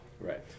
right